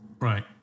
Right